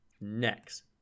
next